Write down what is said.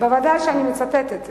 ודאי שאני מצטטת.